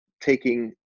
taking